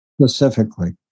Specifically